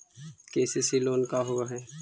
KCC loan का होब हइ?